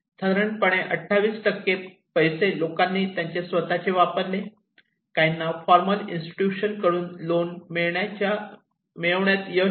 साधारणपणे 28 पैसे लोकांनी त्यांचे स्वतःचे वापरले काहींना फॉर्मल इन्स्टिट्यूशन कडून लोन मिळण्यात यश आले